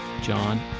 John